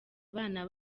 abana